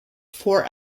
four